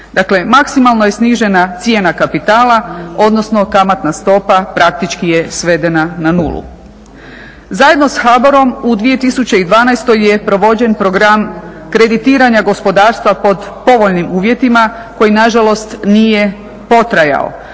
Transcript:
Dakle, maksimalno je snižena cijena kapitala, odnosno kamatna stopa praktički je svedena na nulu. Zajedno sa HABOR-om u 2012. je provođen program kreditiranja gospodarstva pod povoljnim uvjetima koji nažalost nije potrajao,